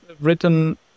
written